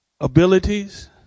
abilities